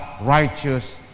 righteous